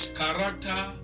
character